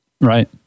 Right